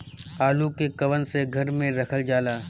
आलू के कवन से घर मे रखल जाला?